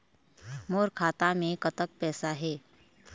मोर खाता मे कतक पैसा हे?